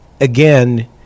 again